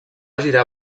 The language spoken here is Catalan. girar